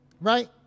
Right